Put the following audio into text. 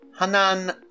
Hanan